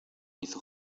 hizo